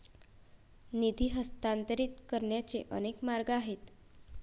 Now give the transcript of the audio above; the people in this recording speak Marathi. निधी हस्तांतरित करण्याचे अनेक मार्ग आहेत